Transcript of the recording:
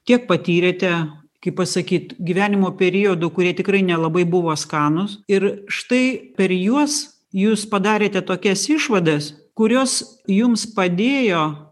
tiek patyrėte kaip pasakyt gyvenimo periodų kurie tikrai nelabai buvo skanūs ir štai per juos jūs padarėte tokias išvadas kurios jums padėjo